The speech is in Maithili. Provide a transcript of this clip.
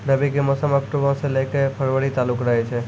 रबी के मौसम अक्टूबरो से लै के फरवरी तालुक रहै छै